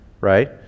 right